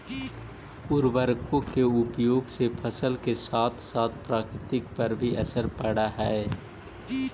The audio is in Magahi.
उर्वरकों के उपयोग से फसल के साथ साथ प्रकृति पर भी असर पड़अ हई